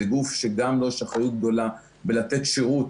זה גוף שגם לו יש אחריות גדולה בלתת שירות.